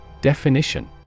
Definition